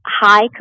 high